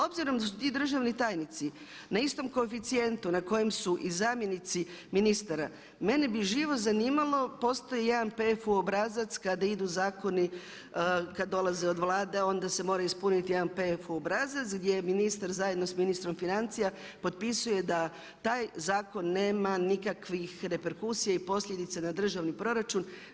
Obzirom da su ti državni tajnici na istom koeficijentu na kojem su i zamjenici ministara mene bi živo zanimalo, postoji jedan PFU obrazac kada idu zakoni, kad dolaze od Vlade onda se mora ispuniti jedan PFU obrazac gdje ministar zajedno s ministrom financija potpisuje da taj zakon nema nikakvih reperkusija i posljedica na državni proračun.